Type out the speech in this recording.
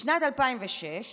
בשנת 2006,